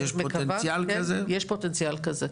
יש פוטנציאל כזה?